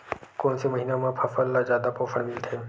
कोन से महीना म फसल ल जादा पोषण मिलथे?